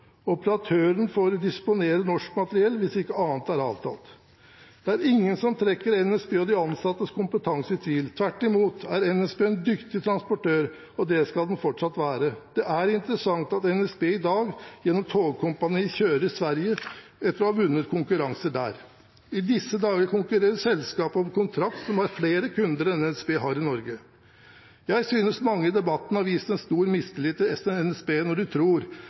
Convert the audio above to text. forhold. Operatørene får disponere norsk materiell hvis ikke annet er avtalt. Det er ingen som trekker NSB og de ansattes kompetanse i tvil. Tvert imot er NSB en dyktig transportør, og det skal de fortsatt være. Det er interessant at NSB i dag, gjennom Tågkompaniet, kjører i Sverige etter å ha vunnet konkurranser der. I disse dager konkurrerer selskapet om en kontrakt som har flere kunder enn NSB har i Norge. Jeg synes mange i debatten har vist en stor mistillit til NSB når de tror